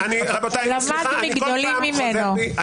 רבותי סליחה, אני כל פעם חוזר בי.